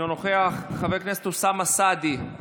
אינו נוכח, חבר הכנסת אוסאמה סעדי,